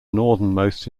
northernmost